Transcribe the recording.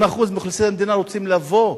20% מאוכלוסיית המדינה רוצים לבוא,